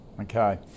Okay